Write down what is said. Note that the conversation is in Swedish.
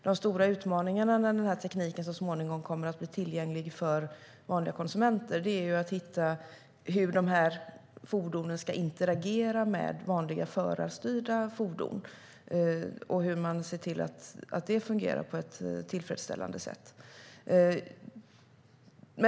Den stora utmaningen när tekniken så småningom blir tillgänglig för vanliga konsumenter är att hitta hur dessa fordon ska interagera med vanliga förarstyrda fordon på ett tillfredsställande sätt.